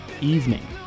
evening